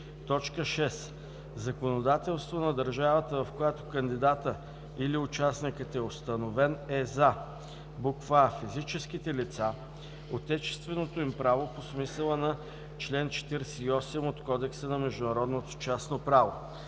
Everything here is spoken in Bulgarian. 6. „Законодателство на държавата, в която кандидатът или участникът е установен“ е за: а) физическите лица – отечественото им право по смисъла на чл. 48 от Кодекса на международното частно право;